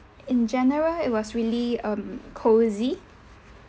in general it was really um cosy